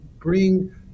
bring